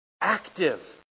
active